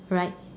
right